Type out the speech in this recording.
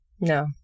No